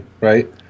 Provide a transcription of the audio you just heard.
right